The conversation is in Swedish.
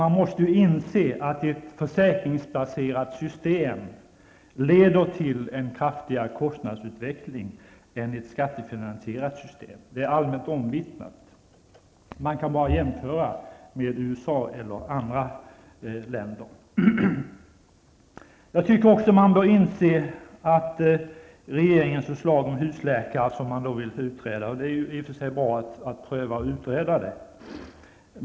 Man måste inse att ett försäkringsbaserat system leder till en kraftigare kostnadsutveckling än ett skattefinansierat system. Det är allmänt omvittnat. Man kan bara jämföra med USA eller andra länder. Jag tycker också att man bör inse att regeringens förslag om husläkare, som man vill utreda, faktiskt utgör ett hot mot det fria vårdsökandet.